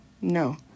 No